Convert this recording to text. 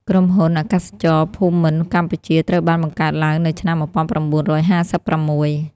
ក្រុមហ៊ុនអាកាសចរភូមិន្ទកម្ពុជា ត្រូវបានបង្កើតឡើងនៅឆ្នាំ ១៩៥៦។